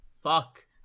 Fuck